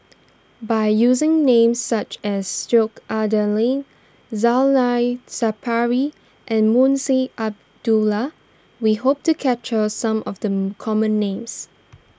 by using names such as Sheik Alau'ddin Zainal Sapari and Munshi Abdullah we hope to capture some of the common names